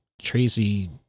Tracy